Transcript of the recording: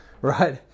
right